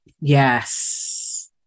Yes